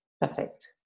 Perfect